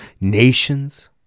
Nations